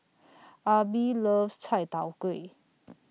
Arbie loves Chai Tow Kway